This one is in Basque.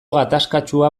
gatazkatsua